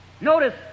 Notice